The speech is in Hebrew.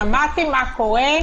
והממשלה לא קיבלה את זה.